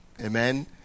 Amen